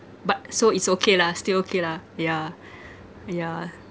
but so it's okay lah still okay lah yeah yeah